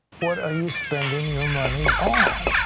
what are you spending your money on?